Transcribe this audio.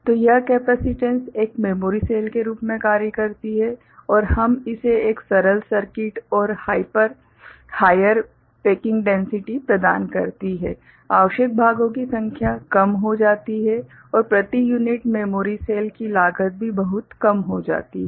तो यह कैपेसिटेन्स एक मेमोरी सेल के रूप में कार्य करती है और यह हमें एक सरल सर्किट और हाइयर पैकिंग डैन्सिटि प्रदान करती है आवश्यक भागों की संख्या कम हो जाती है और प्रति यूनिट मेमोरी सेल की लागत भी बहुत कम हो जाती है